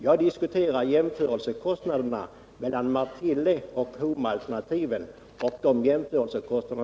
Jag diskuterar jämförelsen mellan kostnaden för Martillealternativet och kostnaden för Homaalternativet.